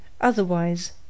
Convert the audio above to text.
Otherwise